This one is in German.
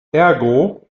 ergo